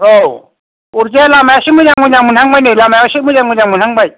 औ अरजाया लामाया एसे मोजां मोजां मोनहांबाय नै लामाया एसे मोजां मोजां मोनहांबाय